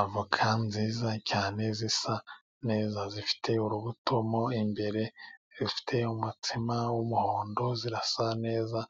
Avoka nziza cyane zisa neza, zifite urubuto mo imbere, zifite umutsima w'umuhondo, zirasa neza